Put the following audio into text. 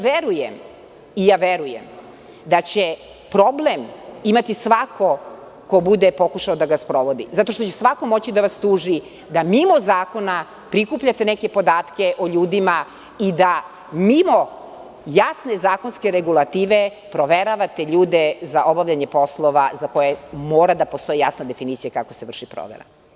Verujem da će problem imati svako ko bude pokušao da ga sprovodi, zato što će svako moći da vas tuži da mimo zakona prikupljate neke podatke o ljudima i da mimo jasne zakonske regulative proveravate ljude za obavljanje poslova za koje mora da postoji jasna definicija kako se vrši provera.